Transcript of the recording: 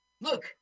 Look